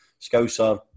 Scouser